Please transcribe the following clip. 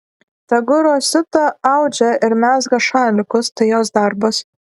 tegu rosita audžia ir mezga šalikus tai jos darbas